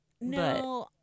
No